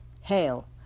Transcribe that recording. hail